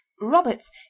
roberts